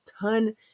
ton –